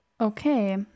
okay